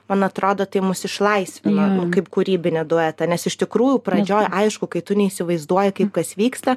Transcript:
man atrodo tai mus išlaisvino kaip kūrybinį duetą nes iš tikrųjų pradžioj aišku kai tu neįsivaizduoji kaip kas vyksta